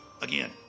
Again